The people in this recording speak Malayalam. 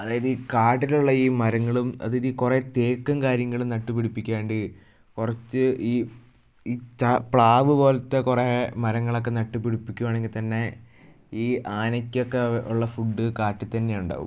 അതായത് ഈ കാട്ടിലുള്ള ഈ മരങ്ങളും അതായത് ഈ കുറെ തേക്കും കാര്യങ്ങളും നട്ട് പിടിപ്പിക്കാണ്ട് കുറച്ച് ഈ ഈ പ്ലാവ് പോലത്തെ കുറെ മരങ്ങൾ ഒക്കെ നട്ട് പിടിപ്പിക്കുവാണെങ്കിൽ തന്നെ ഈ ആനക്കൊക്കെ ഉള്ള ഫുഡ് കാട്ടിൽ തന്നെ ഉണ്ടാകും